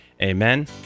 Amen